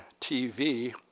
TV